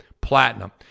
platinum